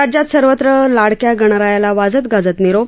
राज्यात सर्वत्र लाडक्या गणरायाला वाजत गाजत निरोप